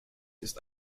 ist